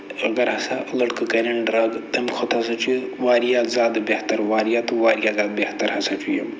اَگر ہسا لَڑکہٕ کَرن ڈرگ تَمہِ کھۄتہٕ ہسا چھُ یہِ واریاہ زیادٕ بہتر واریاہ تہٕ واریاہ زیادٕ بہتر ہسا چھُ یہِ